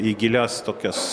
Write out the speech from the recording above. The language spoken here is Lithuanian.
į gilias tokias